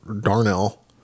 Darnell